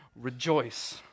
rejoice